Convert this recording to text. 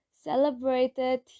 celebrated